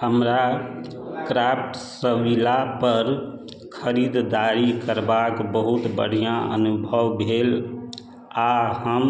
हमरा क्राफ्ट्सविला पर खरीददारी करबाक बहुत बढ़िआँ अनुभव भेल आ हम